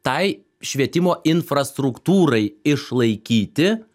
tai švietimo infrastruktūrai išlaikyti